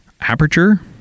aperture